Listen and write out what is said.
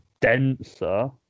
denser